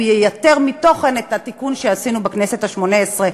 ייתר מתוכן את התיקון שעשינו בכנסת השמונה-עשרה,